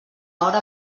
hora